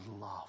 love